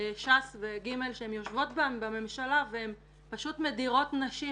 ש"ס ו-ג' שהן יושבות בממשלה והן פשוט מדירות נשים,